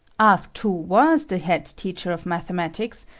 asked who was the head teacher of mathematics,